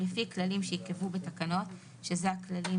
לפי כללים שייקבעו בתקנות," שהם הכללים